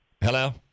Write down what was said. Hello